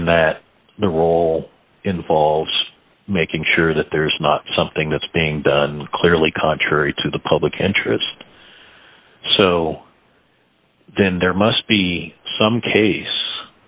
that the role involves making sure that there is not something that's being done clearly contrary to the public interest so then there must be some case